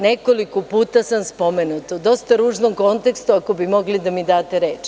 Nekoliko puta sam spomenuta u dosta ružnom kontekstu, ako bi mogli da mi date reč.